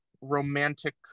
romantic